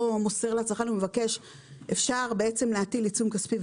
מוסר לצרכן אם הוא מבקש אפשר להטיל עיצום כספי,